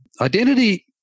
Identity